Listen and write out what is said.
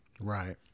Right